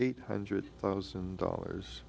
eight hundred thousand dollars